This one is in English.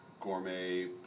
gourmet